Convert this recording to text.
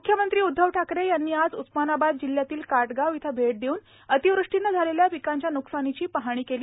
मुख्यमंत्री मुख्यमंत्री उद्वव ठाकरे यांनी आज उस्मानाबाद जिल्ह्यातल्या काटगाव इथं भेट देऊन अतिवृष्टीनं झालेल्या पिकांच्या न्कसानीची पहाणी केली